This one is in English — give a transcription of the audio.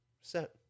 set